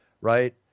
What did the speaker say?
right